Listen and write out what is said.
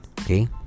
Okay